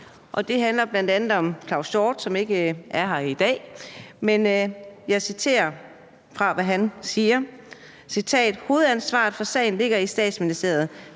Den handler bl.a. om Claus Hjort Frederiksen, som ikke er her i dag, men jeg citerer, hvad han siger: »Hovedansvaret for sagen ligger i Statsministeriet.